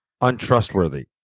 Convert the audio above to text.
untrustworthy